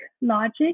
logic